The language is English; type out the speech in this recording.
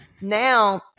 now